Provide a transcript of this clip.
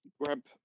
Grab